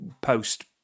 post